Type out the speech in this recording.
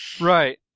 Right